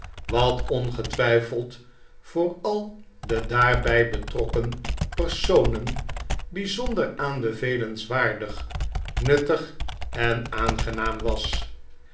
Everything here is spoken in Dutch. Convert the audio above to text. wat ongetwijfeld voor al de daarbij betrokken personen bijzonder aanbevelenswaardig nuttig en aangenaam was